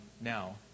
now